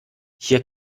hier